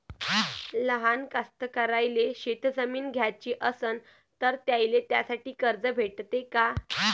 लहान कास्तकाराइले शेतजमीन घ्याची असन तर त्याईले त्यासाठी कर्ज भेटते का?